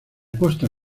costa